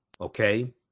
okay